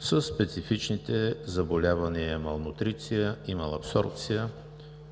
със специфичните заболявания – малнутриция и малабсорбция,